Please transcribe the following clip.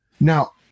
Now